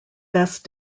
best